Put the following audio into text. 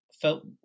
felt